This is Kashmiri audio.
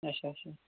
اچھا اچھا